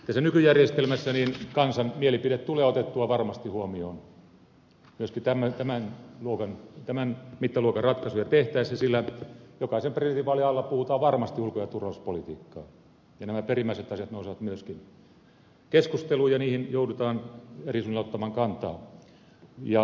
tässä nykyjärjestelmässä kansan mielipide tulee otettua varmasti huomioon myöskin tämän mittaluokan ratkaisuja tehtäessä sillä jokaisen presidentinvaalin alla puhutaan varmasti ulko ja turvallisuuspolitiikkaa ja nämä perimmäiset asiat nousevat myöskin keskusteluun ja niihin joudutaan eri suunnalta ottamaan kantaa